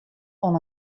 oan